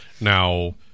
Now